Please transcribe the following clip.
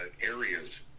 areas